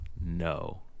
no